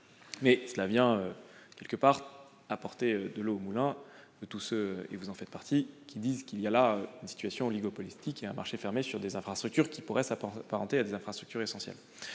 que cette expérience apporte de l'eau au moulin de tous ceux, dont vous faites partie, qui dénoncent une situation oligopolistique et un marché fermé sur des infrastructures qui pourraient s'apparenter à des infrastructures essentielles.